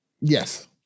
Yes